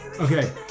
okay